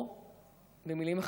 או במילים אחרות,